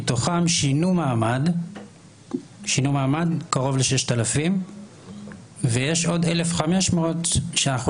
מתוכם שינו מעמד קרוב ל-6,000 ויש עוד 1,500 שאנחנו